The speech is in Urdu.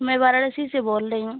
میں وارانسی سے بول رہی ہوں